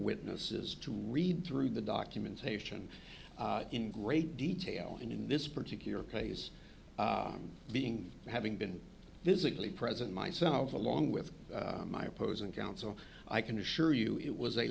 witnesses to read through the documentation in great detail and in this particular case being having been physically present myself along with my opposing counsel i can assure you it was a